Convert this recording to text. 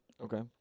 Okay